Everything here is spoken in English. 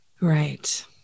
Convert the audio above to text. right